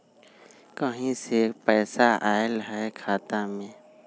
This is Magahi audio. कहीं से पैसा आएल हैं खाता में?